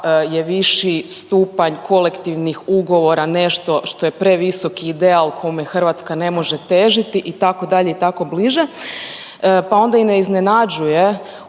je viši stupanj kolektivnih ugovora nešto što je previsoki ideal kome Hrvatska ne može težiti itd. i tako bliže. Pa onda i ne iznenađuje